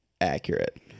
accurate